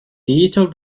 digital